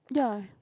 ya